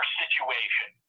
situation